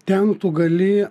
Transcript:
ten tu gali